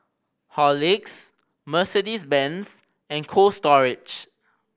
Horlicks Mercedes Benz and Cold Storage